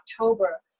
October